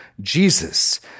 Jesus